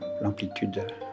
...l'amplitude